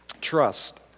Trust